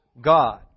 God